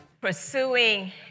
Pursuing